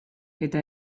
eta